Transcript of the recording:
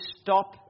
stop